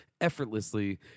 effortlessly